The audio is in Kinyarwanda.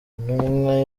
intumwa